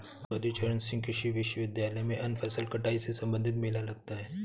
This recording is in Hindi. चौधरी चरण सिंह कृषि विश्वविद्यालय में अन्य फसल कटाई से संबंधित मेला लगता है